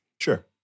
Sure